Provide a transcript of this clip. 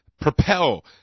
propel